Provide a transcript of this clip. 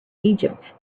egypt